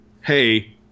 hey